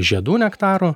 žiedų nektaru